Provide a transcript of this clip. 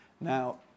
Now